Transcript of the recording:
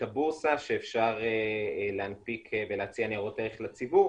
הבורסה שאפשר להנפיק ולהציע ניירות ערך לציבור.